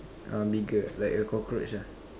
uh bigger like a cockroach ah